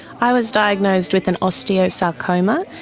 i was diagnosed with an osteosarcoma.